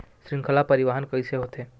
श्रृंखला परिवाहन कइसे होथे?